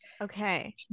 okay